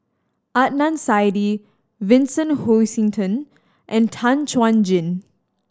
Adnan Saidi Vincent Hoisington and Tan Chuan Jin